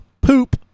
poop